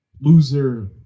loser